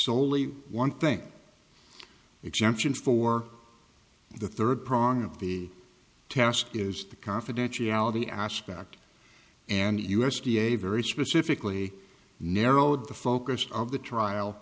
soley one thing exemptions for the third prong of the task is the confidentiality aspect and u s d a very specifically narrowed the focus of the trial